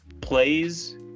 plays